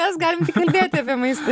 mes galim tik kalbėti apie maistą